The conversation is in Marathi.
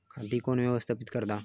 खाता कोण व्यवस्थापित करता?